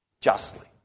justly